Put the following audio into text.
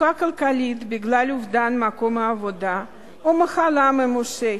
מצוקה כלכלית בגלל אובדן מקום העבודה או מחלה ממושכת,